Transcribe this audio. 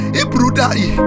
ibrudai